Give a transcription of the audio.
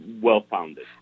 well-founded